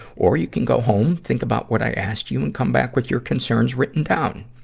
or you can go home, think about what i asked you, and come back with your concerns written down.